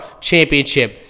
Championship